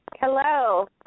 Hello